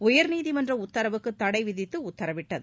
உயர்நீதிமன்ற உத்தரவுக்கு தடை விதித்து உத்தரவிட்டது